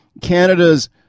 Canada's